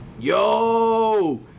Yo